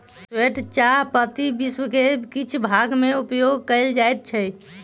श्वेत चाह पत्ती विश्व के किछ भाग में उपयोग कयल जाइत अछि